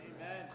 Amen